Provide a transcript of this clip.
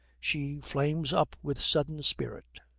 she flames up with sudden spirit.